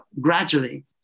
gradually